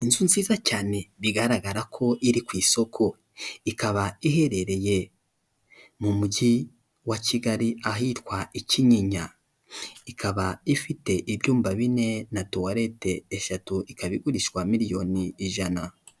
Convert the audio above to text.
Inzu nziza cyane bigaragara ko iri ku isoko, ikaba iherereye mu mujyi wa Kigali, ahitwa i Kinyinya, ikaba ifite ibyumba bine na tuwarete eshatu, ikaba igurishwa miliyoni ijana.